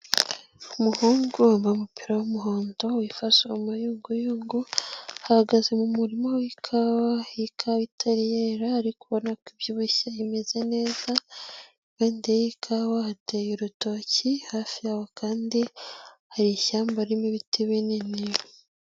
Umuhungu bamu umupira w'umuhondo, wifashe mu mayunguyungu, ahagaze mu murima w'ikawayi, iyi kawa itari yera ariko ubona ko ibyibushye, imeze neza, impande y'iyi kawa hateye urutoki, hafi yabo kandi hari ishyamba ririmo ibiti binini.